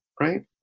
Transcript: right